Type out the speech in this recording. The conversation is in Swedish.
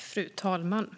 Fru talman!